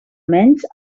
menys